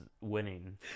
winning